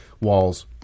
walls